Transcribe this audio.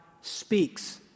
speaks